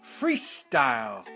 Freestyle